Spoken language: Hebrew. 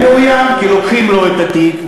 מאוים כי לוקחים לו את התיק,